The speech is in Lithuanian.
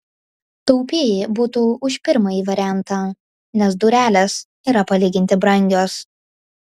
taupieji būtų už pirmąjį variantą nes durelės yra palyginti brangios